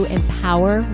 empower